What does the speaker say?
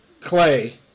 Clay